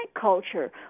culture